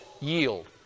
yield